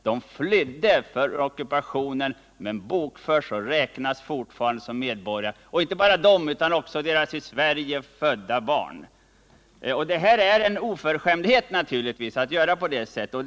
De flydde från ockupationen, men de bokförs och räknas fortfarande som ryska medborgare. Detta gäller inte bara dem, utan också deras i Sverige födda barn. Det är naturligtvis en oförskämdhet att förfara på det sättet.